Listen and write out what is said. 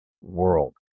world